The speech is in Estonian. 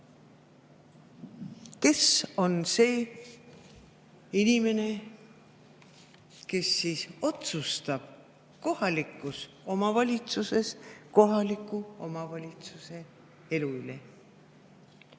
Kes on see inimene, kes otsustab kohalikus omavalitsuses kohaliku omavalitsuse elu üle?